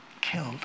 killed